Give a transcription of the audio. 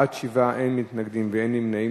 בעד, 7, אין מתנגדים ואין נמנעים.